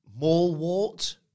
Mallwart